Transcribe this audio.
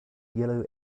yellow